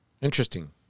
Interesting